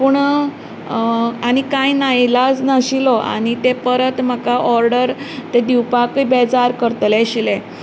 पूण आनी कांय नाइलाज नाशिल्लो आनी तें परत म्हाका ऑर्डर तें दिवपाकूय बेजार करतले आशिल्ले